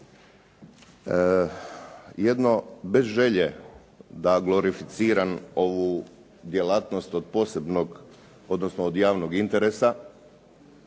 Jedno bez želje da glorificiram ovu djelatnost od posebnog, odnosno od javnog interesa,